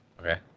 Okay